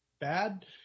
bad